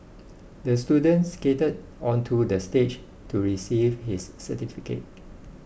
the student skated onto the stage to receive his certificate